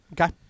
Okay